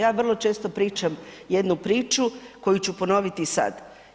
Ja vrlo često pričam jednu priču koju ću ponoviti i sada.